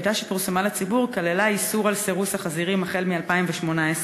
הטיוטה שפורסמה לציבור כללה איסור סירוס החזירים החל מ-2018,